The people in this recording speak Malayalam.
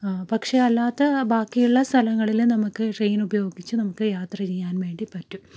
പക്ഷെ അല്ലാത്ത ബാക്കിയുള്ള സ്ഥലങ്ങളിൽ നമുക്ക് ട്രെയിൻ ഉപയോഗിച്ച് നമുക്ക് യാത്ര ചെയ്യാൻ വേണ്ടി പറ്റും